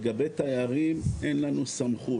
לגבי תיירים אין לנו סמכות,